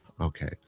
Okay